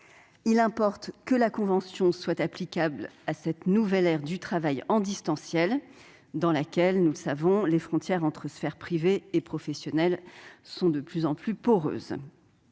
Il importe que la convention soit applicable à cette nouvelle ère du travail en distanciel, dans laquelle, nous le savons, les frontières entre la sphère privée et la sphère professionnelle sont de plus en plus poreuses.